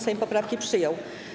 Sejm poprawki przyjął.